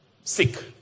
sick